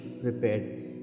prepared